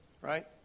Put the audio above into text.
Right